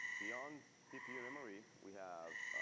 beyond cpu memory, we have.